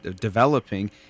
developing